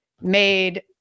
made